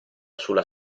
sulla